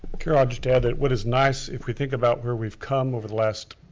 carol, i'll just add that what is nice, if we think about where we've come over the last